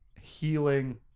healing